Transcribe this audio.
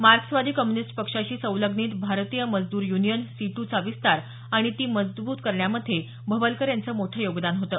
मार्क्सवादी कम्युनिस्ट पक्षाशी संलग्नित भारतीय मजदूर युनियन सिटूचा विस्तार आणि ती मजबूत करण्यामध्ये भवलकर यांचं मोठं योगदान होतं